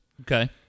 Okay